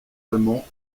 allemand